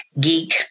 geek